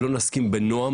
אבל לא נסכים בנועם,